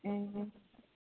ए